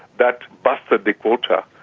that busted the quota.